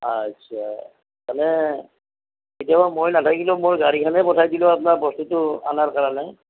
আচ্ছা মানে কেতিয়াবা মই নাথাকিলেও মই গাড়ীখনে পঠাই দিলো আপ্নাৰ বস্তুটো আনাৰ কাৰনে